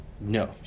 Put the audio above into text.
no